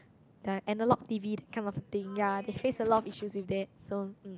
their analog T_V that kind of thing ya they face a lot of issues with that so